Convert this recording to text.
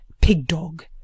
pig-dog